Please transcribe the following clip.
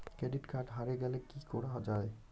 Credit card হারে গেলে কি করা য়ায়?